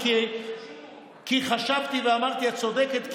כי חשבתי ואמרתי: את צודקת,